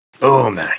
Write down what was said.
Boom